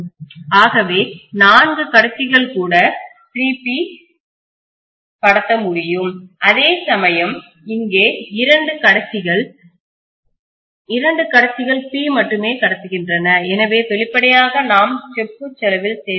ஆகவே நான்கு கடத்திகள் கூட 3 P கடத்த முடியும் அதேசமயம் இங்கே இரண்டு கடத்திகள் இரண்டு கடத்திகள் P மட்டுமே கடத்துகின்றன எனவே வெளிப்படையாக நாம் செப்பு செலவில் சேமிக்கிறோம்